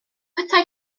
petai